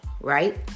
Right